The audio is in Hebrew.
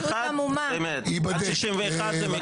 עד 61 זה מקבץ,